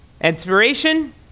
Inspiration